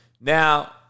Now